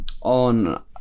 on